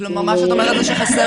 כלומר, את אומרת שחסר